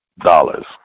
dollars